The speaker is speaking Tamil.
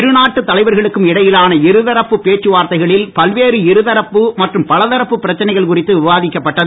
இருநாட்டு தலைவர்களுக்கும் இடையிலான இருதரப்பு பேச்சு வார்த்தைகளில் பல்வேறு இருதரப்பு மற்றும் பலதரப்பு பிரச்சனைகள் குறித்து விவாதிக்கப்பட்டது